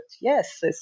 yes